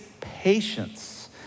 patience